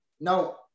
Now